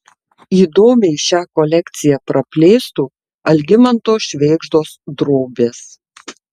įdomiai šią kolekciją praplėstų algimanto švėgždos drobės